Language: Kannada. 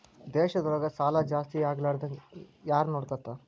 ದೇಶದೊಳಗ ಸಾಲಾ ಜಾಸ್ತಿಯಾಗ್ಲಾರ್ದಂಗ್ ಯಾರ್ನೊಡ್ಕೊತಾರ?